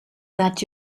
that